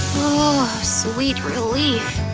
oh, sweet relief!